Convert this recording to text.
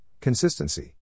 consistency